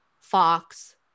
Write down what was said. Fox